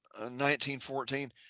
1914